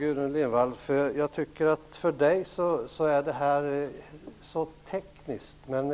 Herr talman! För Gudrun Lindvall är det här så tekniskt.